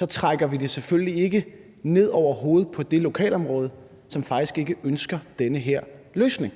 at man selvfølgelig ikke trækker det ned over hovedet på det lokalområde, som faktisk ikke ønsker den her løsning?